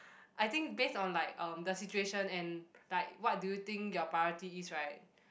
I think based on like um the situation and like what do you think your priority is right